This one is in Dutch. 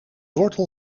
wortel